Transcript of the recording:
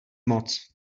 moc